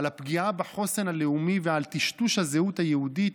בפגיעה בחוסן הלאומי ובטשטוש הזהות היהודית,